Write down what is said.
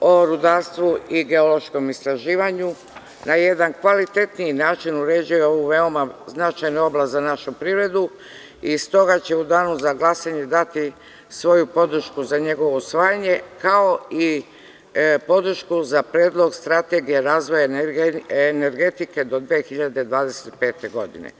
o rudarstvu i geološkom istraživanju na jedan kvalitetniji način uređuje ovu veoma značajnu oblast za našu privredu i s toga će u danu za glasanje dati svoju podršku za njegovo usvajanje, kao i podršku za Predlog strategije razvoja energetike do 2025. godine.